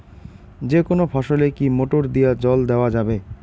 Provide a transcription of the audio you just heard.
যেকোনো ফসলে কি মোটর দিয়া জল দেওয়া যাবে?